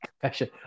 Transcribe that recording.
Confession